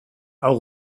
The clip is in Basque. hau